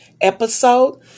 episode